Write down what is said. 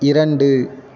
இரண்டு